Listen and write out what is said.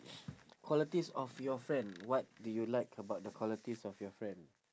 qualities of your friend what do you like about the qualities of your friend